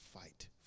fight